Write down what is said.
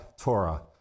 Torah